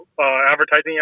advertising